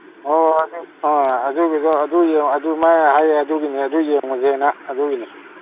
ꯑꯣ ꯑꯥ ꯑꯗꯨꯒꯤꯗꯣ ꯑꯗꯨ ꯑꯗꯨꯃꯥꯏꯅ ꯍꯥꯏꯌꯦ ꯑꯗꯨꯒꯤꯅꯦ ꯑꯗꯨ ꯌꯦꯡꯉꯨꯁꯦꯅ ꯑꯗꯨꯒꯤꯅꯦ